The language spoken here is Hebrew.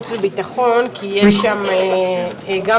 רבה.